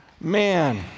Man